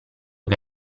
che